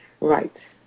Right